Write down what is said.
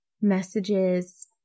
messages